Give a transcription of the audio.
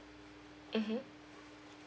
mmhmm